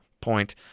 point